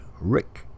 Rick